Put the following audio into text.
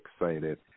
excited